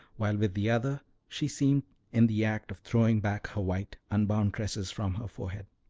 while with the other she seemed in the act of throwing back her white unbound tresses from her forehead.